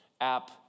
app